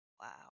Wow